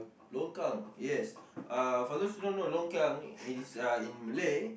longkang yes uh for those who don't know longkang is uh in Malay